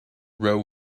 row